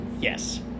Yes